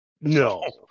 No